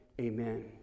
Amen